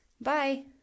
Bye